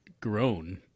grown